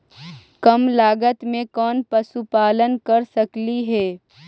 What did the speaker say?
कम लागत में कौन पशुपालन कर सकली हे?